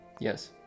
Yes